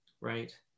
right